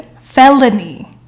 felony